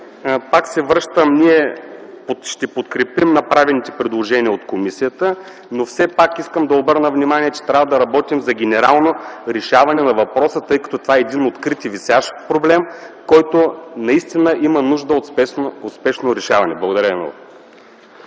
Пак се връщам на това, че ние ще подкрепим направените предложения от комисията, но все пак искам да обърна внимание, че трябва да работим за генерално решаване на въпроса, тъй като това е един открит и висящ проблем, който наистина има нужда от спешно решаване. Благодаря Ви много.